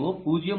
0